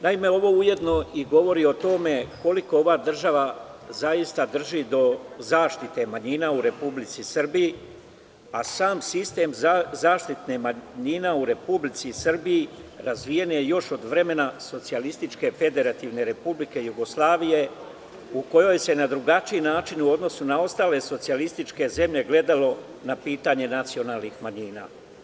Naime, ovo ujedno govori i o tome koliko ova država zaista drži do zaštite manjina u Republici Srbiji, a sam sistem zaštite manjina u Republici Srbiji razvijen je još od vremena SFRJ, u kojoj se na drugačiji način u odnosu na ostale socijalističke zemlje gledalo na pitanje nacionalnih manjina.